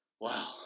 wow